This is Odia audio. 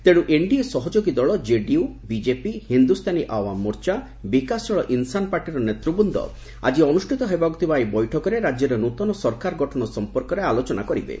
ତେଣୁ ଏନ୍ଡିଏ ସହଯୋଗୀ ଦଳ କେଡିୟୁ ବିକେପି ହିନ୍ଦୁସ୍ତାନୀ ଆୱାମ ମୋର୍ଚ୍ଚା ବିକାଶଶୀଳ ଇନ୍ସାନ୍ ପାର୍ଟିର ନେତୃବୃନ୍ଦ ଆଳି ଅନୁଷ୍ଠିତ ହେବାକୁ ଥିବା ଏହି ବୈଠକରେ ରାଜ୍ୟରେ ନୃତନ ସରକାର ଗଠନ ସମ୍ପର୍କରେ ଆଲୋଚନା କରିବେ